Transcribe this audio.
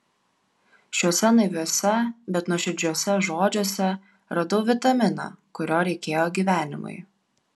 šiuose naiviuose bet nuoširdžiuose žodžiuose radau vitaminą kurio reikėjo gyvenimui